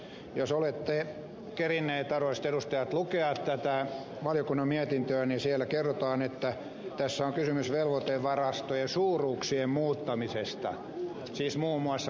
jos olette kerinneet arvoisat edustajat lukea tätä valiokunnan mietintöä niin siellä kerrotaan että tässä on kysymys velvoitevarastojen suuruuksien muuttamisesta siis muun muassa mikrobilääkkeistä ja infuusionesteistä